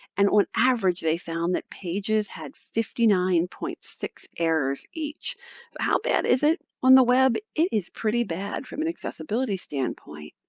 and on average, they found that pages had fifty nine point six errors each. so but how bad is it on the web? it is pretty bad from an accessibility standpoint.